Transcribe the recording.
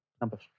number